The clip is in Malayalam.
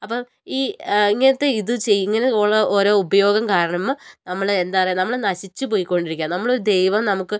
അപ്പോൾ ഈ ഇങ്ങനത്തെ ഇത് ചെയ്യ്ത് ഇങ്ങനെ പോലുള്ള ഓരോ ഉപയോഗം കാരണം നമ്മളെ എന്താ പറയാ നമ്മളെ നശിച്ച് പോയ്ക്കോണ്ടിരിക്കാണ് നമ്മൾ ദൈവം നമുക്ക്